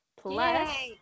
Plus